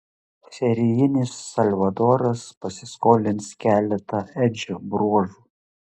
serijinis salvadoras pasiskolins keletą edžio bruožų